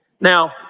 Now